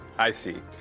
i see.